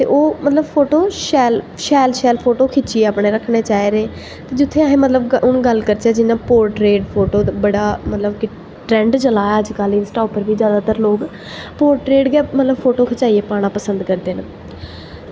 ते ओह् मतलब फोटो शैल शैल फोटो खिच्चियै अपने रखने चाहिदे जि'त्थें ऐहें हून गल्ल करचै जि'यां पोर्ट्रेट दा बड़ा मतलब कि ट्रेंड चला दा अज्ज कल इंस्टा पर बी जादातर लोग पोर्ट्रेट गै मतलब फोटो खचाइयै पाना पसंद करदे न